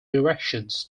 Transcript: directions